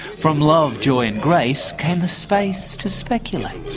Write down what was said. from love, joy and grace came the space to speculate.